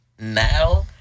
Now